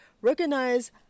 recognize